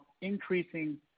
increasing